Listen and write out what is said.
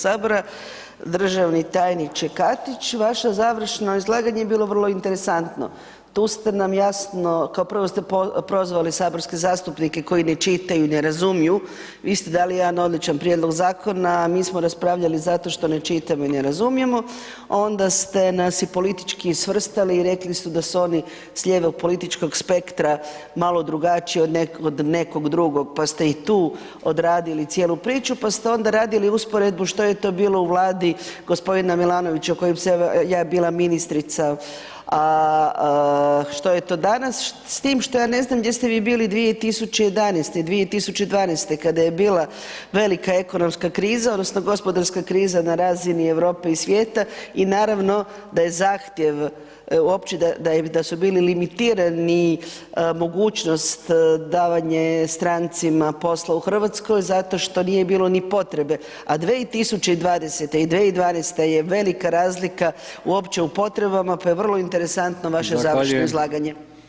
Državni tajniče Katić, vaše završno izlaganje je bilo vrlo interesantno, tu ste nam jasno, kao prvo ste prozvali saborske zastupnike koji ne čitaju i ne razumiju, vi ste dali jedan odličan prijedlog zakona, mi smo raspravljali zato što ne čitamo i ne razumijemo, onda ste nas i politički svrstali i rekli su da su oni s ljeve u političkog spektra malo drugačiji od nekog drugog, pa ste i tu odradili cijelu priču, pa ste onda radili usporedbu što je to bilo u Vladi g. Milanovića u kojoj sam ja bila ministrica, što je to danas s tim što ja ne znam gdje ste vi bili 2011., 2012. kada je bila velika ekonomska kriza odnosno gospodarska kriza na razini Europe i svijeta i naravno da je zahtjev uopće da su bili limitirani mogućnost davanje strancima posla u RH zato što nije bilo ni potrebe, a 2020. i 2012. je velika razlika uopće u potrebama, pa je vrlo interesantno vaše [[Upadica: Zahvaljujem]] završno izlaganje.